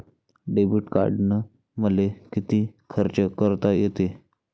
Debit कार्डानं मले किती खर्च करता येते?